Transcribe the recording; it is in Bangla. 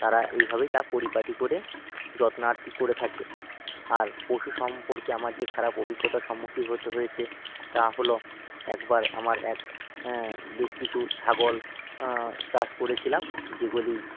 তারা এইভাবেই তা পরিপাটি করে যত্নআত্তি করে থাকে আর পশু সম্পর্কে আমার যে খারাপ অভিজ্ঞতা সম্মুখীন হতে হয়েছে তা হলো একবার আমার এক বেশ কিছু ছাগল চাষ করেছিলাম যেগুলি